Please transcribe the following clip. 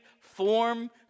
form